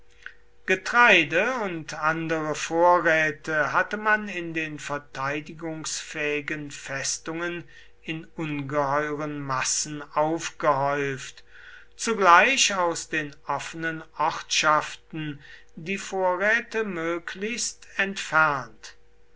getreide und andere vorräte hatte man in den verteidigungsfähigen festungen in ungeheuren massen aufgehäuft zugleich aus den offenen ortschaften die vorräte möglichst entfernt